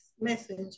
message